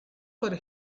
for